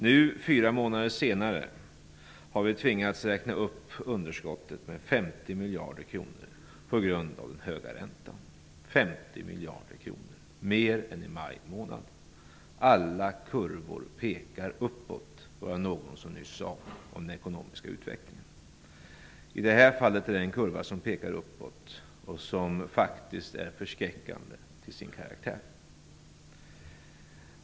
Nu, fyra månader senare, har vi tvingats räkna upp underskottet med 50 miljarder kronor på grund av den höga räntan - 50 miljarder kronor mer än i maj månad! Alla kurvor pekar uppåt, var det någon son nyss sade om den ekonomiska utvecklingen. I det här fallet är det en kurva som pekar uppåt och som faktiskt är förskräckande till sin karaktär.